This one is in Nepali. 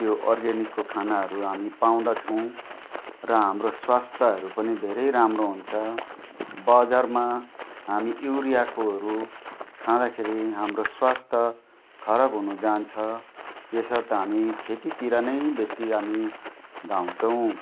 त्यो अर्ग्यानिकको खानाहरू हामी पाउँदछौँ र हाम्रो स्वास्थ्यहरू पनि धेरै राम्रो हुन्छ बजारमा हामी युरियाकोहरू खाँदाखेरि हाम्रो स्वास्थ्य खराब हुनु जान्छ यसर्थ हामी खेतीतिर नै बेसी हामी धाउँछौँ